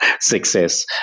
success